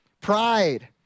Pride